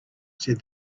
said